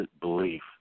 belief